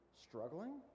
struggling